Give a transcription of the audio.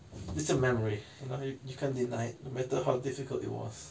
it's a memory you know you you can't deny it no matter how difficult it was